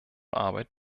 arbeit